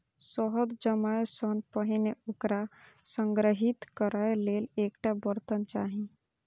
शहद जमै सं पहिने ओकरा संग्रहीत करै लेल एकटा बर्तन चाही